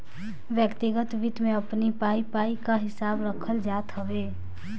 व्यक्तिगत वित्त में अपनी पाई पाई कअ हिसाब रखल जात हवे